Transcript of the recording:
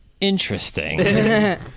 interesting